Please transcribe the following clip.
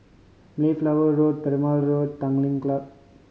Mayflower Road Perumal Road Tanglin Club